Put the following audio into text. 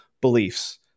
beliefs